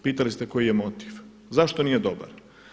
Pitali ste koji je motiv, zašto nije dobar?